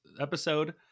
episode